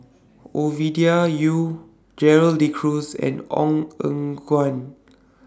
Ovidia Yu Gerald De Cruz and Ong Eng Guan